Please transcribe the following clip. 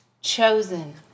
chosen